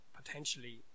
potentially